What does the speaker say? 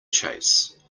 chase